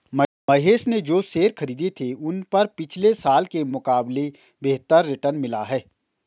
महेश ने जो शेयर खरीदे थे उन पर पिछले साल के मुकाबले बेहतर रिटर्न मिला है